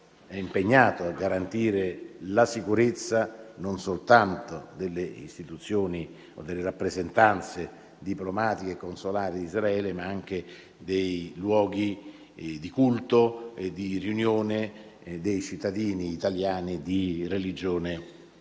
è impegnato a garantire la sicurezza non soltanto delle istituzioni o delle rappresentanze diplomatiche e consolari di Israele, ma anche dei luoghi di culto e di riunione dei cittadini italiani di religione